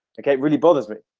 okay. it really bothers me.